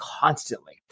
constantly